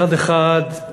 מצד אחד,